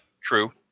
true